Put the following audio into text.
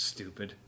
Stupid